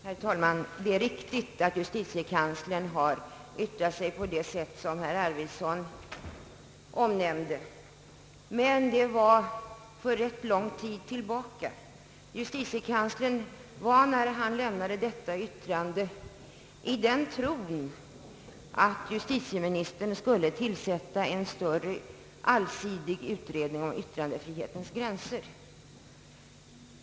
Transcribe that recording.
Herr talman! Det är riktigt att justitiekanslern yttrat sig på det sätt som herr Arvidson nämnde, men det var för rätt lång tid sedan. Justitiekanslern var när han avgav det yttrandet i den tron att justitieministern skulle tillsätta en större allsidig utredning om yttrandefrihetens gränser.